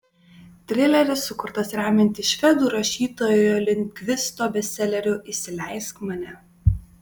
trileris sukurtas remiantis švedų rašytojo lindgvisto bestseleriu įsileisk mane